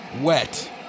wet